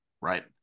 right